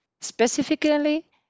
Specifically